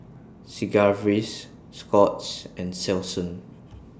Sigvaris Scott's and Selsun